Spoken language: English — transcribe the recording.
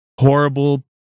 horrible